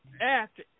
act